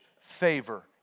favor